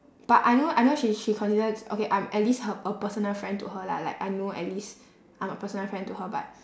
but I know I know she she considers okay I'm at least her a personal friend to her lah like I know at least I'm a personal friend to her but